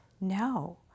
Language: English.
No